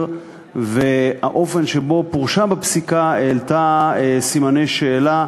והאופן שבו פורשה בפסיקה העלתה סימני שאלה,